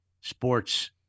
sports